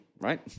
right